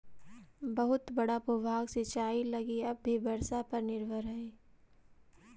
बहुत बड़ा भूभाग सिंचाई लगी अब भी वर्षा पर निर्भर हई